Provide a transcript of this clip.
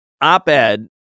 op-ed